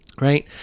Right